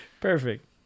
perfect